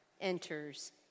enters